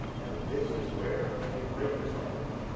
and then this is where your breakers are now.